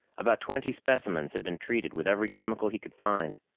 about twenty specimens had been treated with every chemical he could find.